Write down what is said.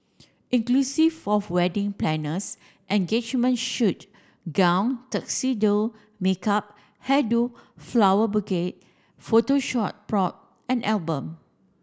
inclusive of wedding planners engagement shoot gown tuxedo makeup hair do flower bouquet photo shot prop and album